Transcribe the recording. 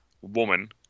woman